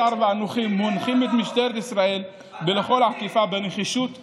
השר ואנוכי מנחים את משטרת ישראל לאכיפה בנחישות ובשוויוניות.